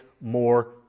more